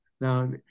now